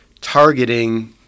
targeting